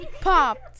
popped